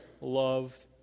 loved